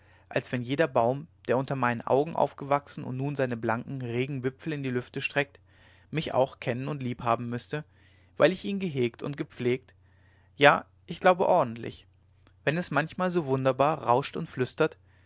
als wenn jeder baum der unter meinen augen aufgewachsen und nun seine blanken regen wipfel in die lüfte streckt mich auch kennen und lieb haben müßte weil ich ihn gehegt und gepflegt ja ich glaube ordentlich wenn es manchmal so wunderbar rauscht und flüstert